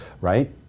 right